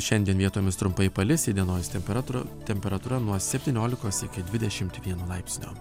šiandien vietomis trumpai palis įdienojus temperatūra temperatūra nuo septyniolikos iki dvidešimt vieno laipsnio